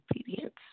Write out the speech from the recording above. obedience